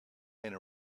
and